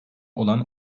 olan